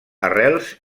arrels